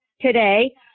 today